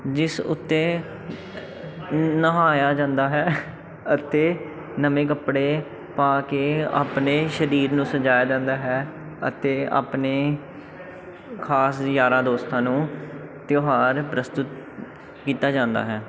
ਜਿਸ ਉੱਤੇ ਨਹਾਇਆ ਜਾਂਦਾ ਹੈ ਅਤੇ ਨਵੇਂ ਕੱਪੜੇ ਪਾ ਕੇ ਆਪਣੇ ਸਰੀਰ ਨੂੰ ਸਜਾਇਆ ਜਾਂਦਾ ਹੈ ਅਤੇ ਆਪਣੇ ਖ਼ਾਸ ਯਾਰਾਂ ਦੋਸਤਾਂ ਨੂੰ ਤਿਉਹਾਰ ਪ੍ਰਸਤੁਤ ਕੀਤਾ ਜਾਂਦਾ ਹੈ